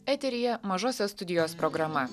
eteryje mažosios studijos programa